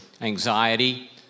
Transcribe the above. anxiety